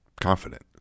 confident